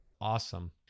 Awesome